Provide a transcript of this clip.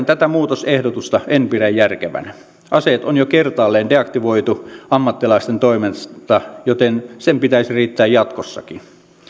tätä muutosehdotusta en pidä järkevänä aseet on jo kertaalleen deaktivoitu ammattilaisten toimesta joten sen pitäisi riittää jatkossakin